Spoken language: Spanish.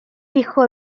hijo